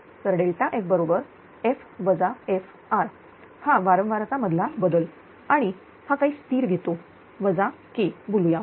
तरF बरोबर F Frहा वारंवारता मधला बदल आणि आणि हा काही स्थिर घेतो K बोलूया